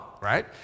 right